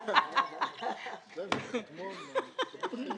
יידחה עוד חודש?